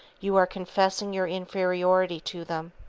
you are confessing your inferiority to them,